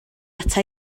ata